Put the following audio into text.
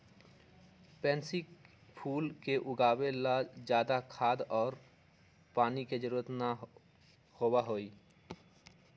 pansy फूल के उगावे ला ज्यादा खाद और पानी के जरूरत ना होबा हई